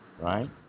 right